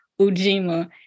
Ujima